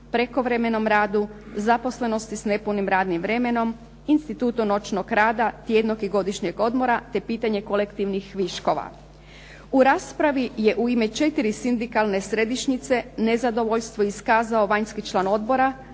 prekovremenom radu, zaposlenosti s nepunim radnim vremenom, institutu noćnog rada, tjednog i godišnjeg odmora, te pitanje kolektivnih viškova. U raspravi je u ime 4 sindikalne središnjice nezadovoljstvo iskazao vanjski član odbora,